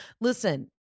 Listen